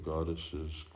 Goddesses